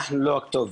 אנחנו לא הכתובת.